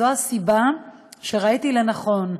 זו הסיבה שראיתי לנכון,